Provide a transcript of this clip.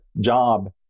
job